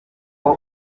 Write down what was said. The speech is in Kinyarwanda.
ngo